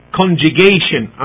conjugation